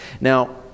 Now